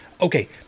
Okay